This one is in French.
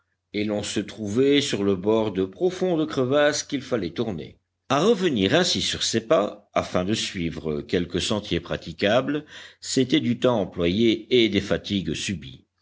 et l'on se trouvait sur le bord de profondes crevasses qu'il fallait tourner à revenir ainsi sur ses pas afin de suivre quelque sentier praticable c'était du temps employé et des fatigues subies